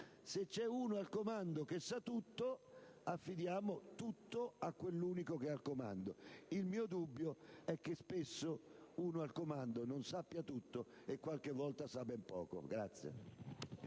se c'è uno al comando che sa tutto, affidiamo tutto a quell'unico che ha il comando. Il mio dubbio è che spesso quell'uno al comando non sappia tutto, e qualche volta sappia ben poco.